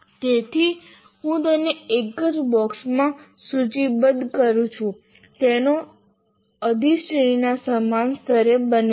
તેથી હું તેમને એક જ બોક્સમાં સૂચિબદ્ધ કરું છું કે તેઓ અધિશ્રેણીના સમાન સ્તરે છે